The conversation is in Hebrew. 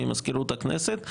ממזכירות הכנסת.